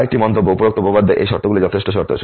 আরেকটি মন্তব্য উপরোক্ত উপপাদ্যে এই শর্তগুলি যথেষ্ট শর্ত